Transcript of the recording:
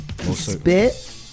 Spit